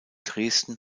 dresden